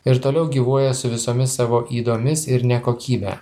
ir toliau gyvuoja su visomis savo ydomis ir nekokybe